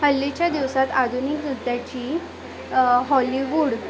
हल्लीच्या दिवसात आधुनिक नृत्याची हॉलिवूड